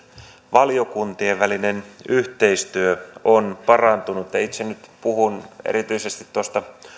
valiokuntien välinen yhteistyö on parantunut itse puhun nyt erityisesti tuosta